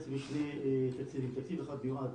יש לי תקציב אחד שמיועד